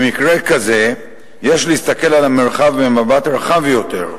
במקרה כזה יש להסתכל על המרחב במבט רחב יותר,